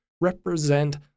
represent